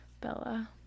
Bella